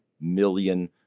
million